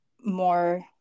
more